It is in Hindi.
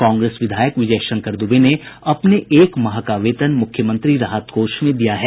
कांग्रेस विधायक विजय शंकर दूबे ने अपने एक माह का वेतन मुख्यमंत्री राहत कोष में दिया है